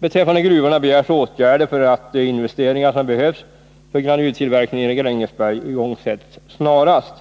Beträffande gruvorna begärs åtgärder för att de investeringar som behövs för granultillverkningen i Grängesberg igångsätts snarast.